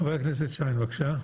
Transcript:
חבר הכנסת שיין, בבקשה.